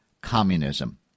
communism